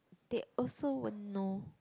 they also will know